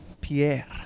Pierre